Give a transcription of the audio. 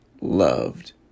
loved